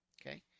okay